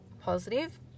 positive